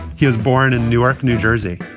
he was born in newark, new jersey.